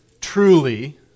truly